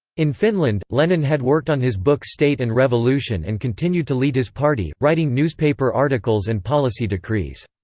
in finland, lenin had worked on his book state and revolution and continued to lead his party, writing newspaper articles and policy decrees.